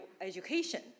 education